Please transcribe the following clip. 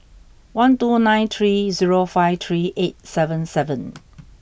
one two nine three zero five three eight seven seven